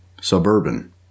suburban